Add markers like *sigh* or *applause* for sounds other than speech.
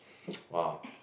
*noise* !wow!